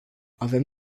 avem